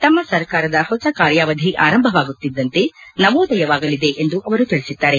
ತಮ್ನ ಸರ್ಕಾರದ ಹೊಸ ಕಾರ್ಯಾವಧಿ ಆರಂಭವಾಗುತ್ತಿದ್ದಂತೆ ನವೋದಯವಾಗಲಿದೆ ಎಂದು ಅವರು ತಿಳಿಸಿದ್ದಾರೆ